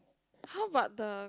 how about the